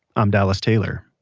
um dallas taylor